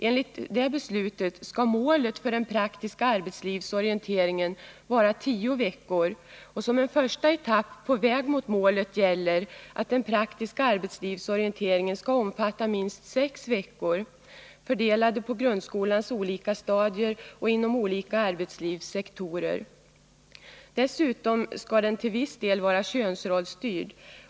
Enligt detta beslut skall målet för den praktiska arbetslivsorienteringen vara att denna skall omfatta tio veckor. Som en första etapp på väg mot målet gäller att den praktiska arbetslivsorienteringen skall omfatta minst sex veckor, fördelade på grundskolans olika stadier och inom olika arbetslivssektorer. Dessutom skall den till viss del vara könsrollsstyrd.